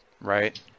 Right